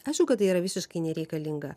aišku kad tai yra visiškai nereikalinga